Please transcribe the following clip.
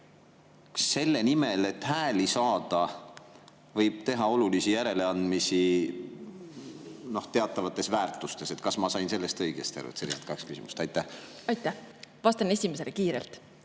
selle nimel, et hääli saada, võib teha olulisi järeleandmisi teatavates väärtustes. Kas ma sain sellest õigesti aru? Sellised kaks küsimust. Aitäh! Vastan esimesele [küsimusele]